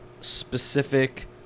Specific